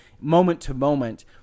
moment-to-moment